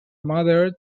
mother